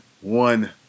one